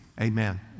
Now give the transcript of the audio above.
Amen